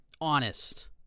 honest